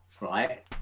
right